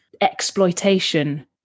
exploitation